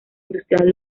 industrial